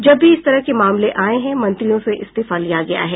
जब भी इस तरह के मामले आये हैं मंत्रियों से इस्तीफा लिया गया है